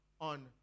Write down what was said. on